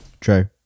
True